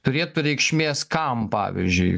turėtų reikšmės kam pavyzdžiui